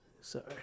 Sorry